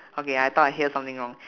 okay I thought I hear something wrong